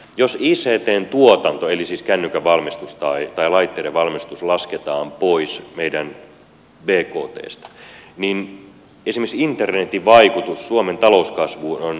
jos ictn tuotanto eli laitteiden valmistus lasketaan pois meidän bktstä niin esimerkiksi internetin vaikutus suomen talouskasvuun on älyttömän pieni